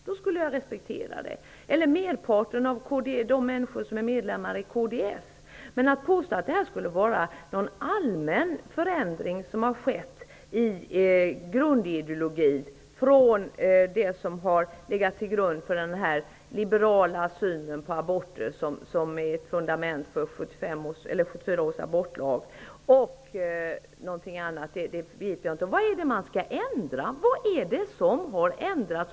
Då skulle jag respektera denna åsikt. Eller varför inte säga att det gäller merparten av medlemmarna i kds? Jag begriper inte varför man påstår att det skulle ha skett någon allmän förändring av grundideologin och av den liberala synen på aborter, som är ett fundament för 1974 års abortlag. Vad är det som har ändrats?